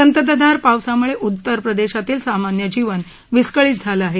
संततधार पावसामुळे उत्तर प्रदेशातील सामान्य जीवन विस्कळीत झालं आहे